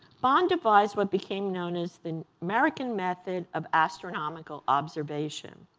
bond devised what became known as the american method of astronomical observation.